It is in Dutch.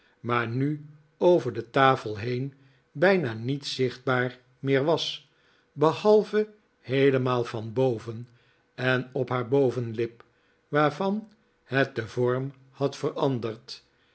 maar nu over de tafel heen bijna niet zichtbaar meer was behalve heelemaal van boven en op haar bovenlip waarvan het den vorm had veranderd